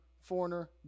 foreigner